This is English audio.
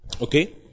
Okay